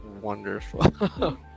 Wonderful